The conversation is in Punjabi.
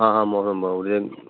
ਹਾਂ ਹਾਂ ਮੌਸਮ ਬਹੁਤ ਵਧੀਆ